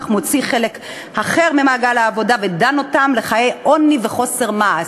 אך מוציא חלק אחר ממעגל העבודה ודן אותם לחיי עוני וחוסר מעש.